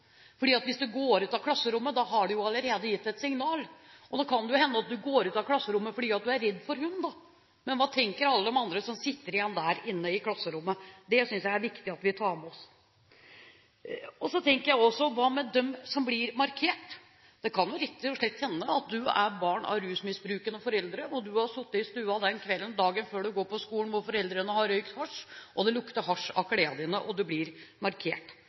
hvis du går ut av klasserommet, har du allerede gitt signal. Nå kan det hende at du går ut av klasserommet fordi du er redd for hund, men hva tenker alle de andre som sitter igjen inne i klasserommet? Det synes jeg er viktig at vi tar med oss. Jeg tenker også: Hva med dem som blir markert? Det kan jo rett og slett hende at det er barn av rusmisbrukende foreldre som har sittet i stua og røykt hasj dagen før man går på skolen, og det lukter hasj av klærne, og man blir markert. Så sier man at man ikke skal rettsforfølge. Nei, det er flott, men hva skjer med de ungdommene som blir markert?